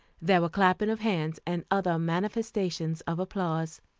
there were clapping of hands and other manifestations of applause.